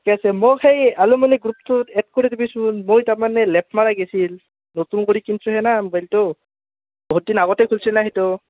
ঠিকে আছে মোক সেই গ্ৰুপটোত এড কৰি দিবিচোন মই তাৰমানে নতুন কৰি কিনছোঁহে না মোবাইলটো বহুতদিন আগতে খুলছে ন সেইটো